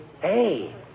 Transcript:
Hey